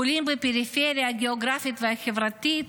חולים בפריפריה הגיאוגרפית והחברתית,